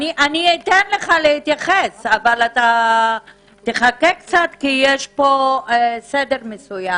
אתן לך להתייחס אבל תחכה קצת כי יש פה סדר מסוים.